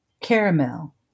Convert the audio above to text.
caramel